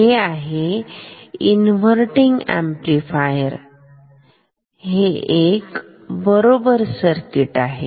हे आहे inverting amplifier हे एक बरोबर सर्किट आहे